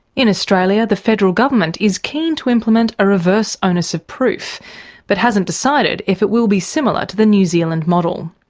in australia, the federal government is keen to implement a reverse onus of proof but hasn't decided if it will be similar to the new zealand model.